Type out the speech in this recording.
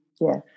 yes